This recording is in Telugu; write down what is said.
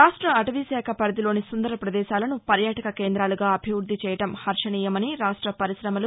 రాష్ణంలో అటవీ శాఖ పరిధిలోని సుందర ప్రదేశాలను పర్యాటక కేంద్రాలుగా అభివృద్ది చేయడం హర్షణీయమని రాక్ష పరిశమలు